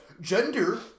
gender